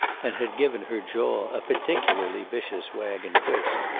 and had given her jaw a particularly vicious wag and twist.